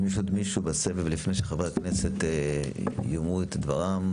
אם יש עוד משהו בסבב לפני שחברי הכנסת יאמרו את דברם,